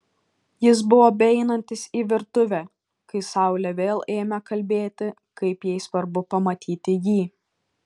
jis buvo beeinantis į virtuvę kai saulė vėl ėmė kalbėti kaip jai svarbu pamatyti jį